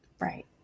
Right